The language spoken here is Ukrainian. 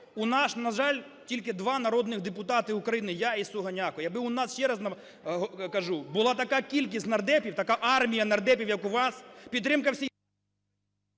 У нас, на жаль, тільки два народних депутати України – я і Сугоняко. Якби у нас, ще раз кажу, була така кількість нардепів, така армія нардепів, як у вас, підтримка…